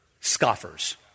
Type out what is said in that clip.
scoffers